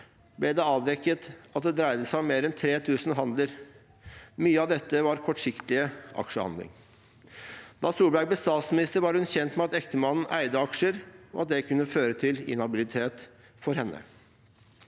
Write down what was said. ble det avdekket at det dreide seg om mer enn 3 000 handler. Mye av dette var kortsiktige aksjehandler. Da Solberg ble statsminister, var hun kjent med at ektemannen eide aksjer, og at det kunne føre til inhabilitet for henne.